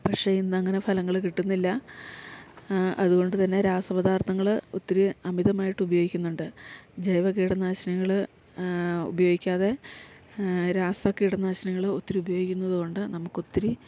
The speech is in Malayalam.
പക്ഷെ ഇന്നങ്ങനെ ഫലങ്ങള് കിട്ടുന്നില്ല അതുകൊണ്ട് തന്നെ രാസപദാർത്ഥങ്ങള് ഒത്തിരി അമിതമായിട്ടുപയോഗിക്കുന്നുണ്ട് ജൈവ കീടനാശിനികൾ ഉപയോഗിക്കാതെ രാസ കീടനാശിനികൾ ഒത്തിരി ഉപയോഗിക്കുന്നത് കൊണ്ട് നമുക്കൊത്തിരി